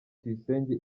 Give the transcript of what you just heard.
tuyisenge